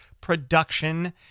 production